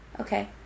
Okay